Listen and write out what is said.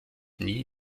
nie